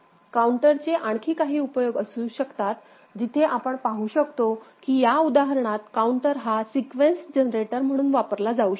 काउंटरचे आणखी काही उपयोग असू शकतात जिथे आपण पाहू शकतो की या उदाहरणात काउंटर हा सिक्वेन्स जनरेटर म्हणून वापरला जाऊ शकतो